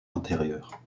antérieure